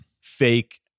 fake